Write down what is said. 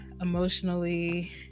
emotionally